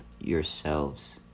yourselves